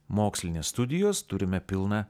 mokslinės studijos turime pilną